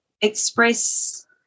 express